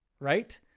Right